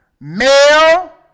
Male